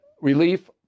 relief